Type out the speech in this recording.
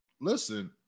Listen